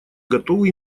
готовы